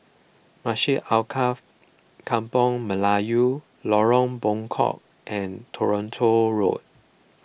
Masjid Alkaff Kampung Melayu Lorong Bengkok and Toronto Road